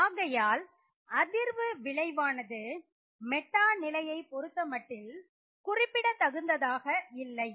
ஆகையால் அதிர்வு விளைவானது மெட்டா நிலையை பொருத்தமட்டில் குறிப்பிடத் தகுந்ததாக இல்லை